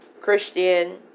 Christian